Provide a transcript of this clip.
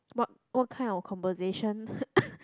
what what kind of conversation